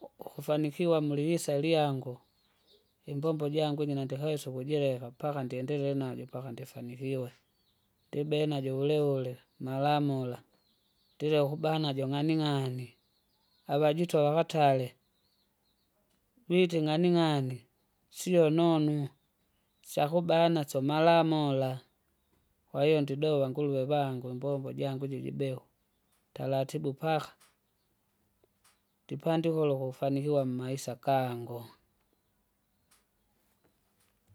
u- ukufanikiwa mulivisa lyangu. imbombo jangu iji nendahesa ukujileka paka ndiendelee najo mpaka ndifanikiwe. ndibenajo vulevule, malamula, ndile ukubanajo ng'aning'ani, avajito vakatale. Vite ng'aning'ani, siyo nonwe, syakubana syamaramora, kwahiyo ndidowa nguluwe vangu imbombo jangu iji jibehu, taratibu paka! ndipandikule ukufanikiwa mmaisa kangu.